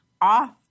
off